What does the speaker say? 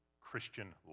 Christian